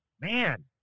man